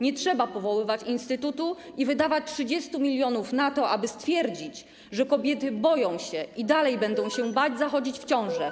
Nie trzeba powoływać instytutu i wydawać 30 mln na to, aby stwierdzić, że kobiety boją się i dalej będą się bać zachodzić w ciążę.